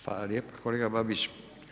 Hvala lijepo kolega Babić.